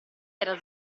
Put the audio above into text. era